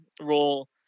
role